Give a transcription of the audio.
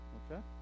okay